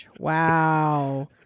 Wow